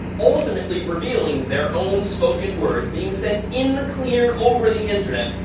ultimately revealing their own spoken words being sent in the clear, over the internet,